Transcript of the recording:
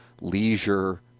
leisure